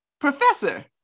professor